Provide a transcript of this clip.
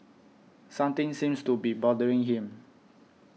something seems to be bothering him